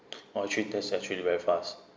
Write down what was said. oh three days actually very fast